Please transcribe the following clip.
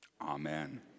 Amen